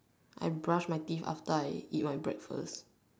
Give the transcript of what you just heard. I brush my teeth after I eat my breakfast